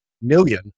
million